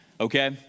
okay